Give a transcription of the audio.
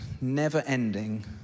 never-ending